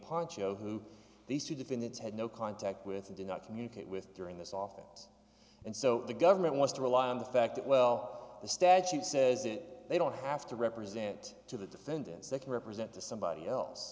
poncho who these two defendants had no contact with and do not communicate with during this office and so the government wants to rely on the fact that well the statute says that they don't have to represent to the defendants they can represent to somebody else